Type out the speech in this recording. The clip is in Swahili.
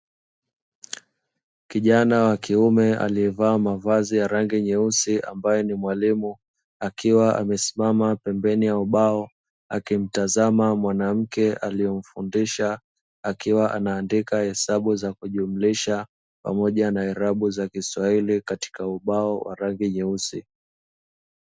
Kijana wa kiume aliyevaa mavazi ya rangi nyeusi ambaye ni mwalimu, akiwa amesimama pembeni ya ubao akimtazama mwanamke aliyemfundisha, akiwa anaandika hesabu za kujumlisha pamoja na irabu za kiswahili katika ubao wa rangi nyeusi.